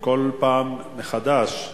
כל פעם מחדש,